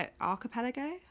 archipelago